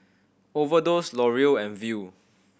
Overdose L'Oreal and Viu